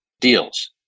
deals